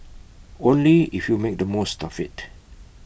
only if you make the most of IT